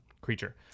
creature